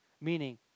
meaning